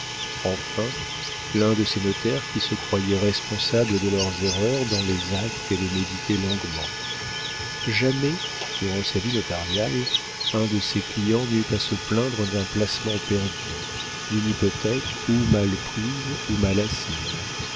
enfin l'un de ces notaires qui se croyaient responsables de leurs erreurs dans les actes et les méditaient longuement jamais durant sa vie notariale un de ses clients n'eut à se plaindre d'un placement perdu d'une hypothèque ou mal prise ou mal assise